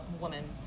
woman